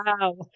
Wow